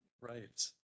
right